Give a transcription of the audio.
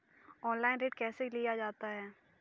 Online ऋण कैसे लिया जाता है?